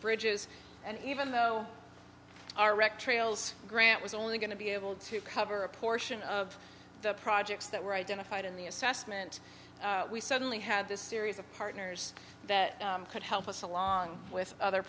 bridges and even though our wrecked trails grant was only going to be able to cover a portion of the projects that were identified in the assessment we suddenly had this series of partners that could help us along with other